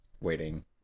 waiting